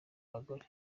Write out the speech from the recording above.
abagore